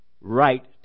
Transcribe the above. right